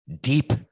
deep